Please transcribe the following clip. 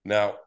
Now